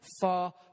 far